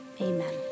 Amen